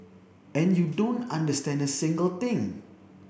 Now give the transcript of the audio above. and you don't understand a single thing